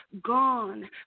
gone